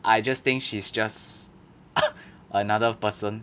I just think she's just another person